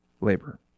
labor